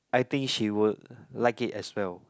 I think she would like it as well